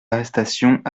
arrestations